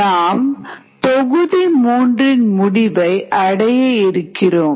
நாம் தொகுதி 3 இன் முடிவை அடைய இருக்கிறோம்